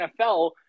NFL